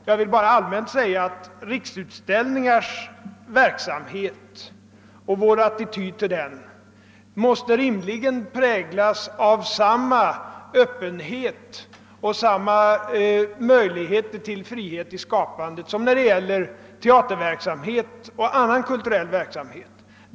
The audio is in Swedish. Jag vill bara allmänt säga att riksutställningars verksamhet och vår attityd till den rimligen måste präglas av samma öppenhet och samma möjligheter till frihet i skapandet som när det gäller teaterverksamhet och annan kulturell verksamhet.